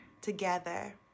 together